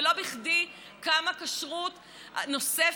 ולא בכדי קמה כשרות נוספת,